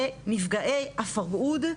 בנפגעי הפרהוד,